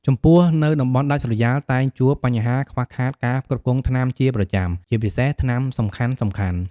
ចំពោះនៅតំបន់ដាច់ស្រយាលតែងជួបបញ្ហាខ្វះខាតការផ្គត់ផ្គង់ថ្នាំជាប្រចាំ ជាពិសេសថ្នាំសំខាន់ៗ។